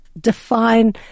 define